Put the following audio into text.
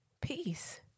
peace